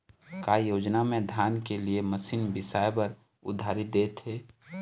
का योजना मे धान के लिए मशीन बिसाए बर उधारी देथे?